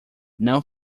não